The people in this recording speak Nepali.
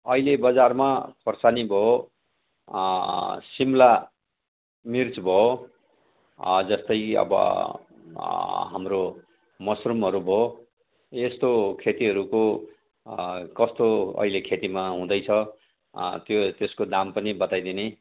अहिले बजारमा खोर्सानी भयो शिमला मिर्च भयो जस्तै अब हाम्रो मसरुमहरू भयो यस्तो खेतीहरूको कस्तो अहिले खेतीमा हुँदैछ त्यो त्यसको दाम पनि बताइदिने